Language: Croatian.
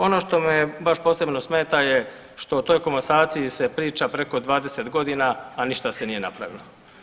Ono što me baš posebno smeta je što o toj komasaciji se priča preko 20 godina, a ništa se nije napravilo.